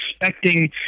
expecting